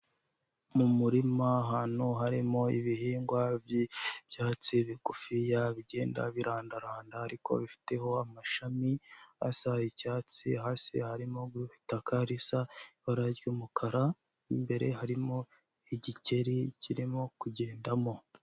Mu murima ahantu harimo ibihingwa by'ibyatsi bigufiya bigenda birandaranda ariko bifiteho amashami asa icyatsi, hasi harimo itaka risa ibara ry'umukara, imbere harimo igikeri kirimo kugendamo.